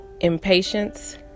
impatience